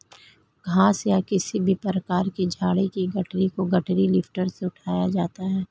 घास या किसी भी प्रकार की झाड़ी की गठरी को गठरी लिफ्टर से उठाया जाता है